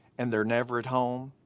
and they're never at home,